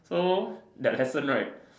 so that lesson right